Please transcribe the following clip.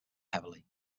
heavily